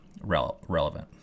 relevant